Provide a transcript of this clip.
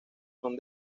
son